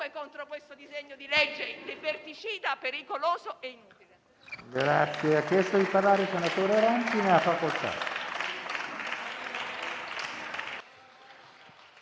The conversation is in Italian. contro questo disegno di legge liberticida, pericoloso e inutile.